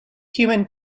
human